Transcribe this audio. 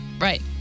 Right